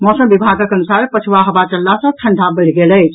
मौसम विभागक अनुसार पछुआ हवा चलला सॅ ठंडा बढ़ि गेल अछि